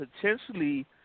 potentially